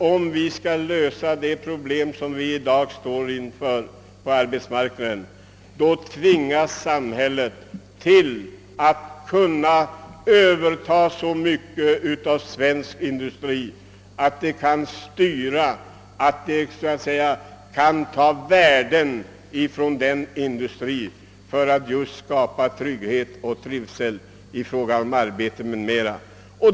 Om vi skall kunna lösa dagens arbetsmarknadsproblem tvingas samhället att överta så mycket av svensk industri att det kan styra och så att säga ta värden från industrin för att skapa trygghet och trivsel beträffande arbete m.m.